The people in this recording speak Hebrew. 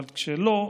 אבל כשלא,